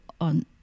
on